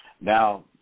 Now